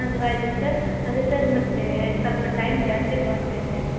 ಅದ್ರ ಆಯಿತು ಸರ್ ಅದೇ ಸರ್ ಮತ್ತೆ ಸ್ವಲ್ಪ ಟೈಮ್ ಜಾಸ್ತಿ ತೊಗೊಳ್ತೈತೆ